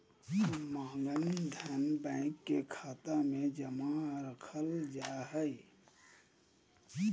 मांग धन, बैंक के खाता मे जमा रखल जा हय